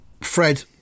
Fred